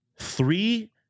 Three